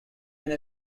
been